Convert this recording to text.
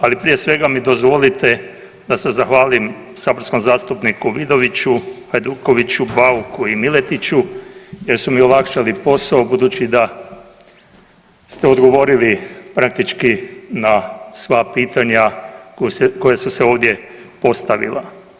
Ali prije svega mi dozvolite da se zahvalim saborskom zastupniku Vidoviću, Hajdukoviću, Bauku i Miletiću jer su mi olakšali posao budući da ste odgovorili praktički na sva pitanja koja su se ovdje postavila.